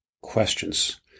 questions